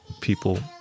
people